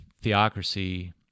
theocracy